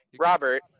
Robert